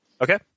Okay